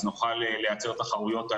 אז נוכל לייצר תחרויות,